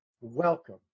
welcome